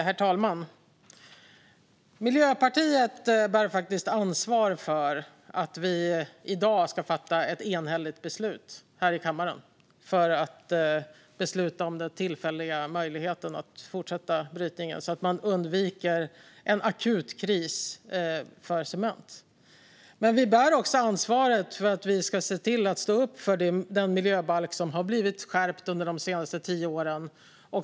Herr talman! Miljöpartiet bär faktiskt ansvaret för att vi i dag kommer att fatta ett enhälligt beslut här i kammaren om den tillfälliga möjligheten att fortsätta brytningen, så att man undviker en akut kris när det gäller cement. Miljöpartiet bär dock även ansvaret för att se till att vi står upp för den miljöbalk som har skärpts under de senaste tio åren.